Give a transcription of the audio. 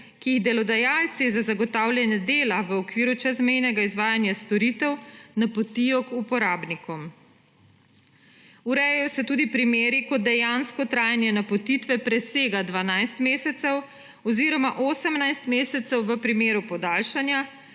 ki jih delodajalci za zagotavljanje dela v okviru čezmejnega izvajanja storitev napotijo k uporabnikom. Urejajo se tudi primeri, ko dejansko trajanje napotitve presega 12 mesecev oziroma 18 mesecev v primeru podaljšanja